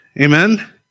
Amen